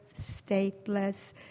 stateless